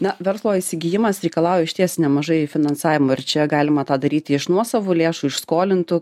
na verslo įsigijimas reikalauja išties nemažai finansavimo ir čia galima tą daryti iš nuosavų lėšų iš skolintų